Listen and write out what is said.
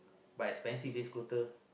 but expensive this scooter